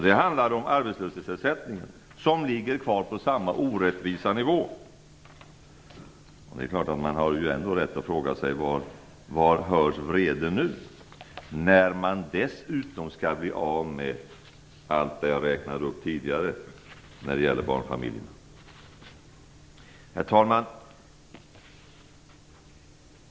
Då handlade det om arbetslöshetsersättningen. Den ligger kvar på samma orättvisa nivå. Man har ändå rätt att fråga sig var hörs vrede nu, när folk dessutom blir av med allt det jag räknade upp tidigare när det gäller barnfamiljerna. Herr talman!